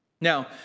Now